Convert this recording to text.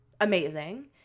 Amazing